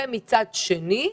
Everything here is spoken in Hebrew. מצד אחד,